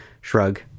Shrug